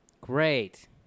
Great